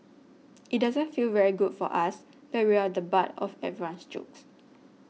it doesn't feel very good for us that we're the butt of everyone's jokes